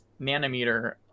nanometer